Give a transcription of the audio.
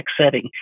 setting